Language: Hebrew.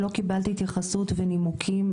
שלא קיבלת התייחסות ונימוקים,